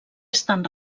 estan